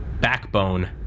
backbone